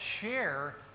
share